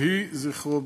יהי זכרו ברוך.